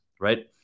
right